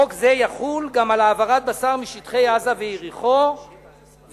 חוק זה יחול גם על העברת בשר משטחי עזה ויריחו וכו'.